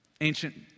ancient